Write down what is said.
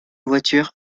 voiture